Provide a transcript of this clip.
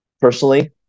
Personally